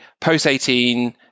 post-18